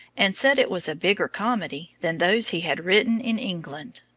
and said it was a bigger comedy than those he had written in england.